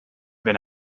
wenn